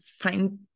find